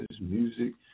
music